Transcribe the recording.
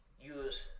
use